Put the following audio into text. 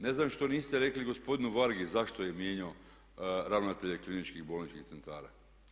Ne znam što niste rekli gospodinu Vargi zašto je mijenjao ravnatelje kliničkih bolničkih centara.